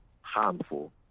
harmful